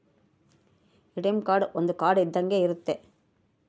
ATM card ಒಂದ್ card ಇದ್ದಂಗೆ ಇರುತ್ತೆ